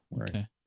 Okay